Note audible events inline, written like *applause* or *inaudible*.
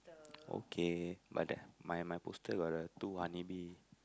*noise* okay brother my my poster got the two honey bee